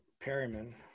Perryman